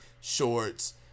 shorts